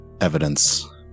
evidence